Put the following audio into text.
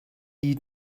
die